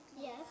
Yes